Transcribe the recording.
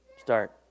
start